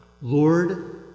Lord